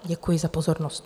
Děkuji za pozornost.